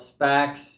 SPACs